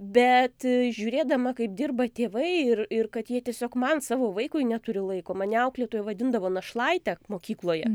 bet žiūrėdama kaip dirba tėvai ir ir kad jie tiesiog man savo vaikui neturi laiko mane auklėtoja vadindavo našlaite mokykloje